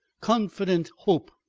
confident hope,